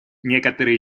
некоторые